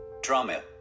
Drama